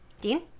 Dean